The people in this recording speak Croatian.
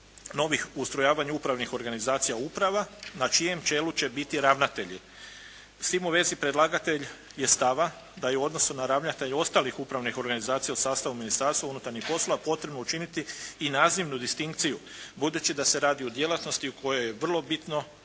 novih ustrojavanja upravnih organizacija uprava na čijem čelu će biti ravnatelji. S tim u vezi predlagatelj je stava da je u odnosu na ravnatelje ostalih upravnih organizacija u sastavu Ministarstva unutarnjih poslova potrebno učiniti i nazivnu distinkciju budući da se radi o djelatnosti u kojoj je vrlo bitno